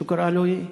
לו, שו קראה לו, היא?